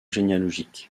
généalogique